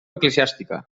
eclesiàstica